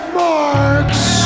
marks